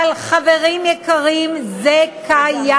אבל, חברים יקרים, זה קיים.